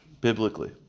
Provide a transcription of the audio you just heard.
biblically